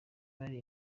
bari